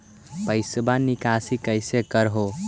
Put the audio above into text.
पैसवा निकासी कैसे कर हो?